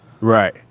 Right